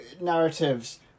narratives